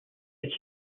its